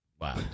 Wow